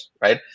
right